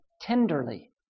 tenderly